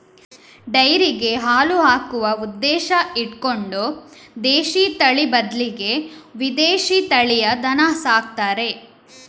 ಡೈರಿಗೆ ಹಾಲು ಹಾಕುವ ಉದ್ದೇಶ ಇಟ್ಕೊಂಡು ದೇಶೀ ತಳಿ ಬದ್ಲಿಗೆ ವಿದೇಶೀ ತಳಿಯ ದನ ಸಾಕ್ತಾರೆ